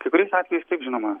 kai kuriais atvejais taip žinoma